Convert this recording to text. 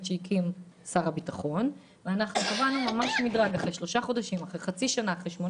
שהקים שר הביטחון --- אחרי שלושה חודשים,